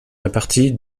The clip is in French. réparties